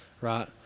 right